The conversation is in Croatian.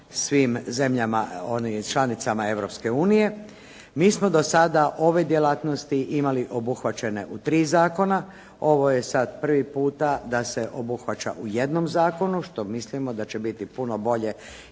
svim zemljama članicama Europske unije. Mi smo do sada ove djelatnosti imali obuhvaćene u tri zakona, ovo je sada prvi puta da se obuhvaća u jednom zakonu, što mislimo da će biti puno bolje